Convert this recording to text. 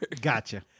Gotcha